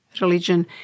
religion